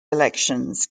elections